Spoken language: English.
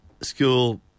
school